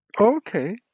Okay